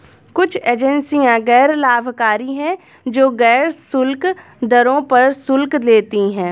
कुछ एजेंसियां गैर लाभकारी हैं, जो गैर शुल्क दरों पर शुल्क लेती हैं